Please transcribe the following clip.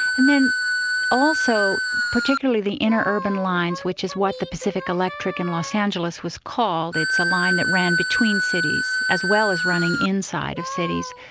and then also particularly the inner urban lines, which is what the pacific electric in los angeles was called, it's a line that ran between cities, as well as running inside of cities,